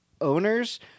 owners